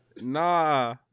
Nah